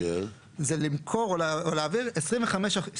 זה למכור או להעביר 25% מהשטח.